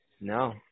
No